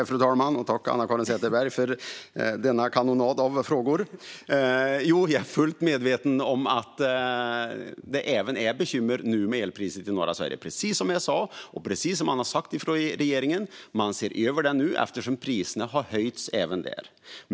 Fru talman! Tack, Anna-Caren Sätherberg, för denna kanonad av frågor! Jo, jag är fullt medveten om att det nu är bekymmer med elpriset även i norra Sverige. Som jag sa och som man har sagt från regeringen ser man över detta nu eftersom priserna har höjts även där.